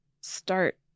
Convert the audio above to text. start